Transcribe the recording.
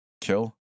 Kill